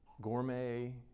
gourmet